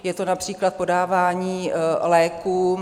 Je to například podávání léků.